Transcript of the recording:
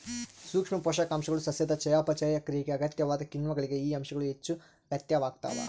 ಸೂಕ್ಷ್ಮ ಪೋಷಕಾಂಶಗಳು ಸಸ್ಯದ ಚಯಾಪಚಯ ಕ್ರಿಯೆಗೆ ಅಗತ್ಯವಾದ ಕಿಣ್ವಗಳಿಗೆ ಈ ಅಂಶಗಳು ಹೆಚ್ಚುಅಗತ್ಯವಾಗ್ತಾವ